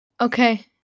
Okay